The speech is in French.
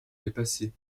dépasser